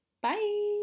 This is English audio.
Bye